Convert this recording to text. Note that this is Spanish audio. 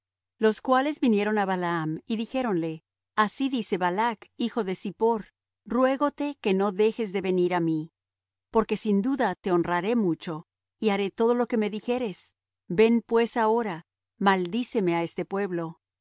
los cuales vinieron á balaam y dijéronle así dice balac hijo de zippor ruégote que no dejes de venir á mí porque sin duda te honraré mucho y haré todo lo que me dijeres ven pues ahora maldíceme á este pueblo